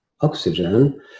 oxygen